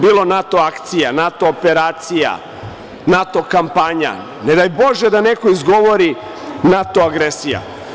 Bilo je NATO akcija, NATO operacija, NATO kampanja, ne daj Bože da neko izgovori NATO agresija.